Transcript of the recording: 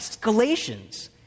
Galatians